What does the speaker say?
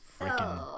freaking